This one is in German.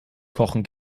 kochen